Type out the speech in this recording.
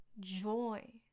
Joy